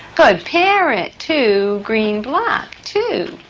good parrot, two green blocks, two.